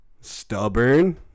stubborn